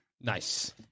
Nice